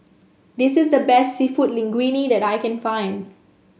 this is the best seafood Linguine that I can find